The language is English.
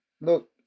look